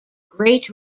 great